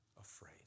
afraid